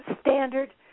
Standard